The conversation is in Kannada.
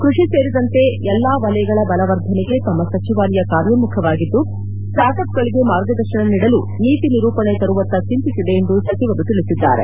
ಕ್ಪಡಿ ಸೇರಿದಂತೆ ಎಲ್ಲ ವಲಯಗಳ ಬಲವರ್ಧನೆಗೆ ತಮ್ಮ ಸಚಿವಾಲಯ ಕಾರ್ಯೋನ್ಮುಖವಾಗಿದ್ದು ಸ್ವಾರ್ಡ್ ಅಪ್ಗಳಿಗೆ ಮಾರ್ಗದರ್ಶನ ನೀಡಲು ನೀತಿ ನಿರೂಪಣೆ ತರುವತ್ತ ಚಿಂತಿಸಿದೆ ಎಂದು ಸಚಿವರು ತಿಳಿಸಿದ್ದಾರೆ